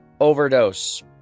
overdose